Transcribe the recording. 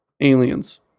Aliens